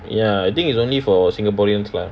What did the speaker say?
ya I think it's only for singaporeans lah